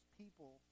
people